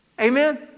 Amen